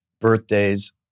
birthdays